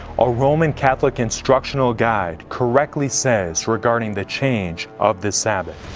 a roman catholic instructional guide, correctly says regarding the change of the sabbath.